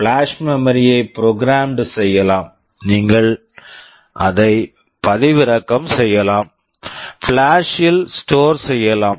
flash memory flash memory யை programmed programmed செய்யலாம் நீங்கள் அதை பதிவிறக்கம் செய்யலாம் ஃபிளாஷ் flash -ல் ஸ்டோர் store செய்யலாம்